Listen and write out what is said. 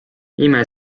ime